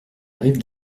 arrive